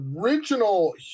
original